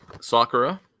Sakura